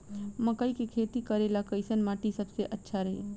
मकई के खेती करेला कैसन माटी सबसे अच्छा रही?